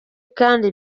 kandi